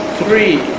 three